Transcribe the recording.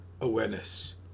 awareness